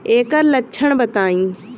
एकर लक्षण बताई?